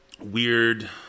weird